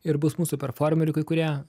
ir bus mūsų performeriai kai kurie